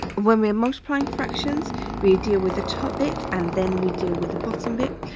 when we're multiplying fractions we deal with the topic and then we deal with the bottom bit?